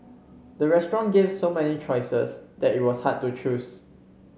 the restaurant gave so many choices that it was hard to choose